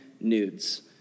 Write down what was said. nudes